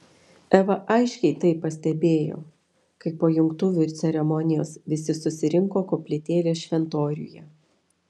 eva aiškiai tai pastebėjo kai po jungtuvių ceremonijos visi susirinko koplytėlės šventoriuje